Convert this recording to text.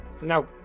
No